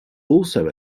also